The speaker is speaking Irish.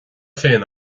féin